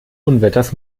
unwetters